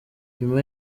nyuma